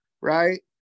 right